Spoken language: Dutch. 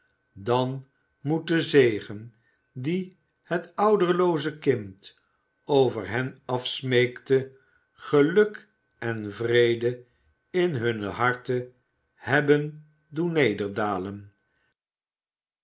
dan moet de zegen dien het ouderlooze kind over hen afsmeekte geluk en vrede in hunne harten hebben doen nederdalen